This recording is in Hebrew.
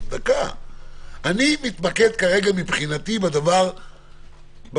אני מתמקד כרגע מבחינתי בשוטף.